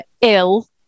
ill